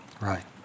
Right